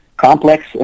complex